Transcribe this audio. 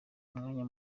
umwanya